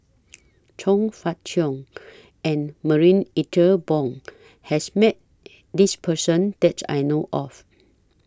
Chong Fah Cheong and Marie Ethel Bong has Met This Person that I know of